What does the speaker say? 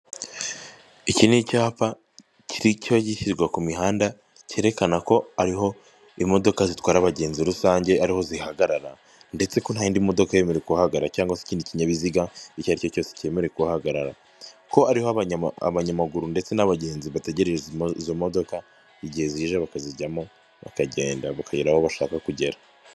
Iki ni icyapa kiri cyo gishyirwa ku mihanda cyerekana ko ariho imodoka zitwara abagenzi rusange ariho zihagarara ndetse ko nta yindi modoka yemerewe ku guhahagara cyangwa se ikindi kinyabiziga icyo ari cyo cyose cyemerewe kuhahagarara ko ariho abanyamaguru ndetse n'abagenzi bategereza izo modoka igihe zije bakazijyamo bakagenda bakayigera aho bashaka kugera.